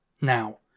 now